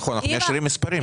נכון, אנחנו מאשרים מספרים.